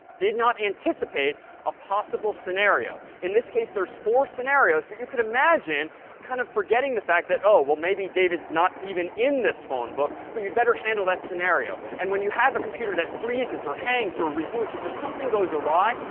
did not anticipate a possible scenario. in this case, there's four scenarios, but you could imagine kind of forgetting the fact that, oh, well maybe david's not even in this phone book. but you'd better handle that scenario. and when you have a computer that freezes or hangs or reboots or just something goes awry,